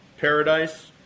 paradise